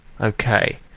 okay